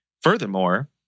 furthermore